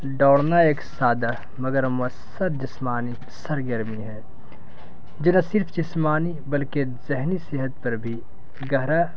دوڑنا ایک سادہ مگر مؤثر جسمانی سرگرمی ہے جنا صرف جسمانی بلکہ ذہنی صحت پر بھی گہرا